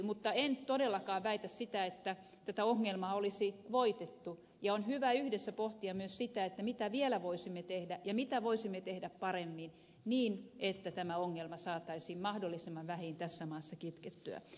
mutta en todellakaan väitä sitä että tätä ongelmaa olisi voitettu ja on hyvä yhdessä pohtia myös sitä mitä vielä voisimme tehdä ja mitä voisimme tehdä paremmin niin että tämä ongelma saataisiin mahdollisimman vähiin tässä maassa kitkettyä